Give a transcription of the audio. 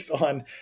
on